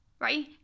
right